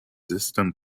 system